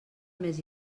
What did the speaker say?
més